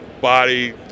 body